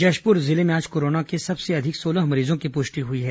जशपुर जिले में आज कोरोना के सबसे अधिक सोलह मरीजों की पुष्टि हुई है